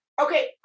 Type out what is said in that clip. okay